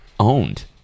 owned